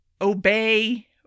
obey